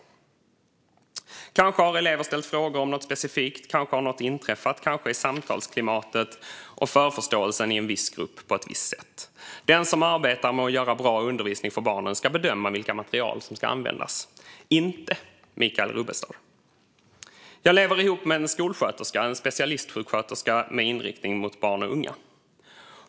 Kanske har elever ställt frågor om något specifikt, kanske har något inträffat, kanske är samtalsklimatet och förförståelsen i en viss grupp på ett visst sätt. Den som arbetar med att göra bra undervisning för barnen ska bedöma vilka material som ska användas, inte Michael Rubbestad. Jag lever ihop med en skolsköterska, en specialistsjuksköterska med inriktning mot barn och unga.